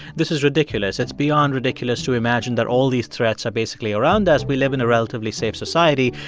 this is ridiculous. it's beyond ridiculous to imagine that all these threats are basically around us. we live in a relatively safe society.